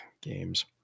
games